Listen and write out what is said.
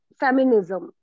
feminism